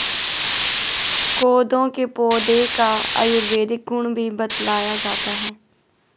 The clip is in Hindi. कोदो के पौधे का आयुर्वेदिक गुण भी बतलाया जाता है